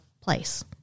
place